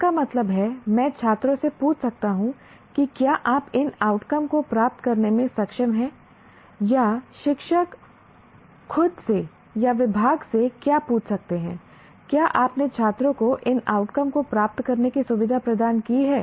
इसका मतलब है मैं छात्रों से पूछ सकता हूं कि क्या आप इन आउटकम को प्राप्त करने में सक्षम हैं या शिक्षक खुद से या विभाग से क्या पूछ सकते हैं क्या आपने छात्रों को इन आउटकम को प्राप्त करने की सुविधा प्रदान की है